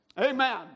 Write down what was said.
Amen